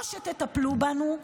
או שתטפלו בנו,